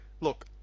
look